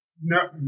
no